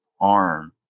arm